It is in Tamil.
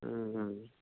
ம் ம்